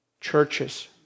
churches